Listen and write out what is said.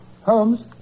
Holmes